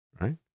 right